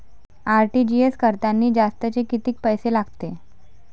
RTGS करतांनी जास्तचे कितीक पैसे लागते?